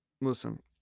listen